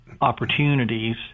opportunities